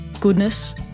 goodness